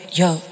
yo